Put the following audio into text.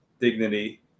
dignity